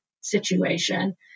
situation